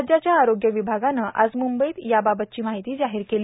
राज्याच्या आरोग्य विभागानं आज म्ंबईत याबाबतची माहिती जाहीर केली